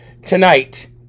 tonight